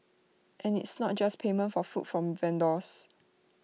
and it's not just payment for food from vendors